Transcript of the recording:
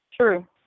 True